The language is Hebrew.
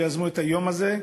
שיזמו את היום הזה,